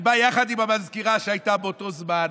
אני בא יחד עם המזכירה שהייתה באותו זמן.